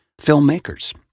filmmakers